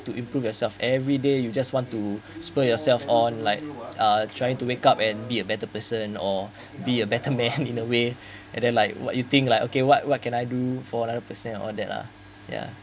to improve yourself every day you just want to spur yourself on like uh trying to wake up and be a better person or be a better man in a way and then like what you think like okay what what can I do for another person and all that lah ya